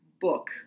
book